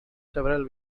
several